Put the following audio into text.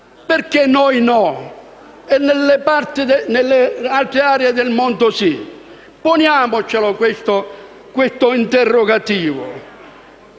Perché noi no e nelle altre aree del mondo sì? Poniamocelo questo interrogativo,